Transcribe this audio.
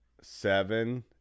seven